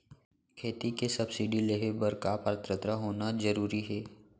खेती के सब्सिडी लेहे बर का पात्रता होना जरूरी हे?